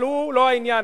הוא לא העניין.